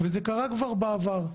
וזה קרה כבר בעבר.